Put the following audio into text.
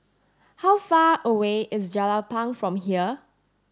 how far away is Jelapang from here